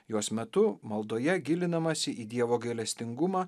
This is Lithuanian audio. jos metu maldoje gilinamasi į dievo gailestingumą